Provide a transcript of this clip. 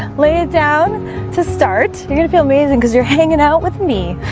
lay it down to start you're gonna feel amazing because you're hanging out with me